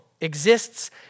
exists